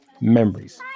Memories